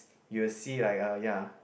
you will see like uh ya